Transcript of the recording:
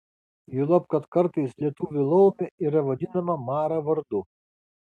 juolab kad kartais lietuvių laumė yra vadinama mara vardu